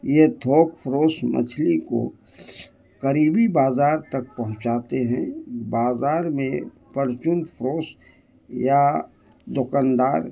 یہ تھوک فروش مچھلی کو قریبی بازار تک پہنچاتے ہیں بازار میں پرچون فروش یا دکاندار